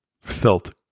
felt